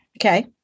Okay